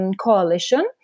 coalition